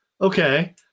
Okay